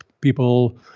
people